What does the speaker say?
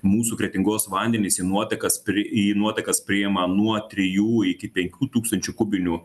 mūsų kretingos vandenys į nuotekas pri į nuotekas priima nuo trijų iki penkių tūkstančių kubinių